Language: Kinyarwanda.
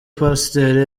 pasiteri